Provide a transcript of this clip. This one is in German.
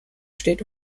steht